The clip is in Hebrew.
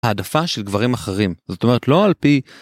העדפה של גברים אחרים. זאת אומרת, לא על פי...